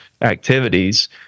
activities